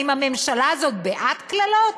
האם הממשלה הזאת בעד קללות?